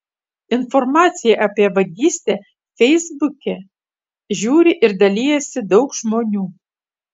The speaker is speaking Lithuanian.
informaciją apie vagystę feisbuke žiūri ir dalijasi daug žmonių